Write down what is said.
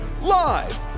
live